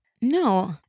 No